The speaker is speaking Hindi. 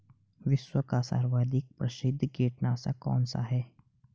विश्व का सर्वाधिक प्रसिद्ध कीटनाशक कौन सा है?